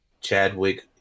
Chadwick